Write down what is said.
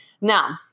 Now